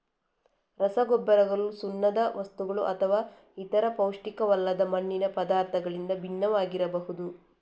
ರಸಗೊಬ್ಬರಗಳು ಸುಣ್ಣದ ವಸ್ತುಗಳುಅಥವಾ ಇತರ ಪೌಷ್ಟಿಕವಲ್ಲದ ಮಣ್ಣಿನ ಪದಾರ್ಥಗಳಿಂದ ಭಿನ್ನವಾಗಿರಬಹುದು